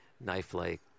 knife-like